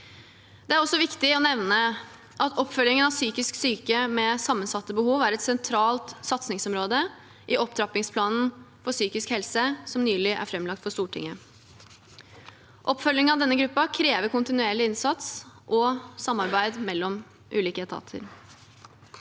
Det er også viktig å nevne at oppfølgingen av psykisk syke med sammensatte behov er et sentralt satsingsområde i opptrappingsplanen for psykisk helse, som nylig ble framlagt for Stortinget. Oppfølgingen av denne gruppen krever kontinuerlig innsats og samarbeid mellom ulike etater.